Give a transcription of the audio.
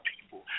people